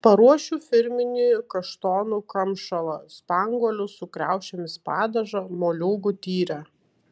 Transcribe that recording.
paruošiu firminį kaštonų kamšalą spanguolių su kriaušėmis padažą moliūgų tyrę